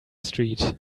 street